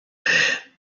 ahead